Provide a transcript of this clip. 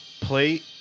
plate